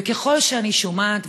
וככל שאני שומעת